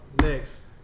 Next